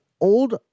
old